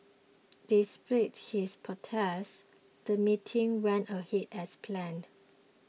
despite his protest the meeting went ahead as planned